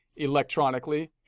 electronically